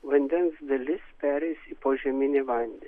vandens dalis pereis į požeminį vandenį